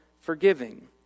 forgiving